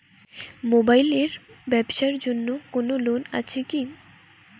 Mobile এর ব্যাবসার জন্য কোন লোন আছে কি?